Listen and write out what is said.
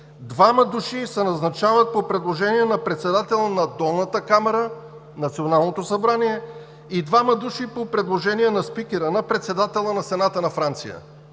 двама души се назначават по предложение на председателя на Долната камара – Националното събрание, и двама души са по предложение на спикера, на председателя на Сената на Франция.